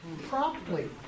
promptly